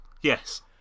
Yes